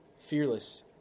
Fearless